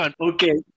Okay